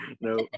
no